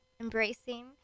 embracing